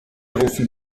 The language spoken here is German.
rufen